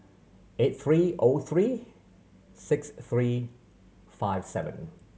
eight three O three six three five seven